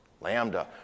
Lambda